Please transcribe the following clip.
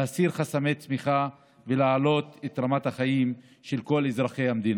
להסיר חסמי צמיחה ולהעלות את רמת החיים של כל אזרחי המדינה.